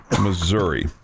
Missouri